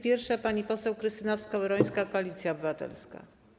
Pierwsza pani poseł Krystyna Skowrońska, Koalicja Obywatelska.